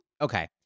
Okay